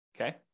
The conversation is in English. Okay